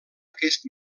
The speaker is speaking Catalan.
aquest